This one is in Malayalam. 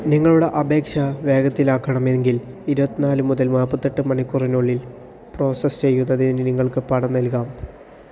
നിങ്ങളുടെ അപേക്ഷ വേഗത്തിലാക്കണമെങ്കിൽ ഇരുപത്തിനാല് മുതൽ നാപ്പത്തെട്ട് മണിക്കൂറിനുള്ളിൽ പ്രോസസ്സ് ചെയ്യുന്നതിന് നിങ്ങൾക്ക് പണം നൽകാം